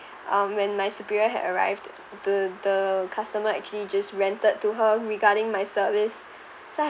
um when my superior had arrived the the customer actually just ranted to her regarding my service so I